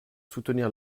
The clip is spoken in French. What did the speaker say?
soutenir